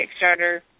Kickstarter